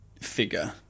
figure